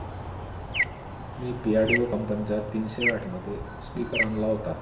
मी P audio कंपनीचा तीनशे वॅटमध्ये स्पीकर आणला होता